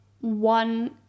one